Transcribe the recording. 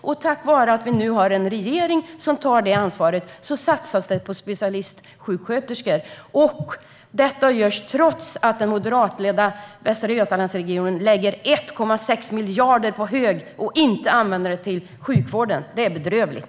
Och tack vare att vi nu har en regering som tar detta ansvar satsas det på specialistsjuksköterskor. Detta görs trots att den moderatledda Västra Götalandsregionen lägger 1,6 miljarder på hög och inte använder dem till sjukvården, vilket är bedrövligt.